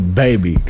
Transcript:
baby